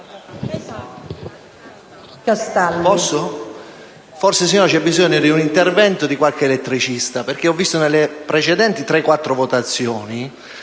Castello